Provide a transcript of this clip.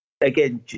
again